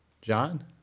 John